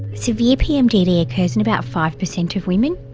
severe pmdd occurs in about five percent of women.